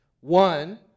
one